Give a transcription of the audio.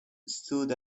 stood